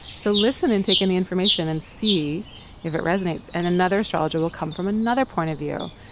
so listen and take in the information and see if it resonates. and another astrologer will come from another point of view.